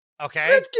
Okay